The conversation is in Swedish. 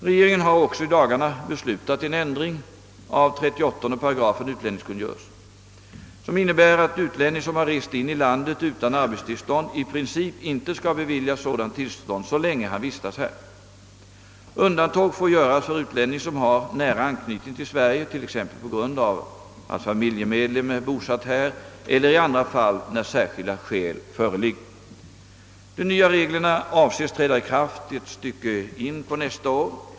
Regeringen har också i dagarna beslutat en ändring av 38 § utlänningskungörelsen, som innebär att utlänning som har rest in i landet utan arbetstillstånd i princip inte skall beviljas sådant tillstånd så länge han vistas här. Undantag får göras för utlänning som har nära anknytning till Sverige, t.ex. på grund av att familjemedlem är bosatt här, eller i andra fall när särskilda skäl föreligger. De nya reglerna avses träda i kraft ett stycke in på nästa år.